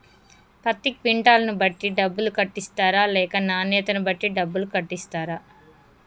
పత్తి క్వింటాల్ ను బట్టి డబ్బులు కట్టిస్తరా లేక నాణ్యతను బట్టి డబ్బులు కట్టిస్తారా?